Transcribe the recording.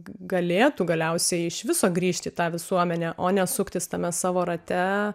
galėtų galiausiai iš viso grįžt į tą visuomenę o ne suktis tame savo rate